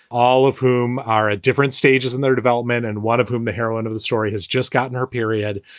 all of whom are at ah different stages in their development, and one of whom the heroine of the story has just gotten her period.